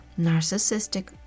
narcissistic